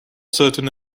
certain